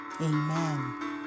Amen